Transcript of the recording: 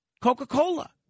Coca-Cola